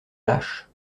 lâche